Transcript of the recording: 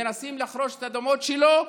מנסים לחרוש את האדמות שלו.